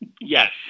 Yes